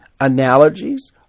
analogies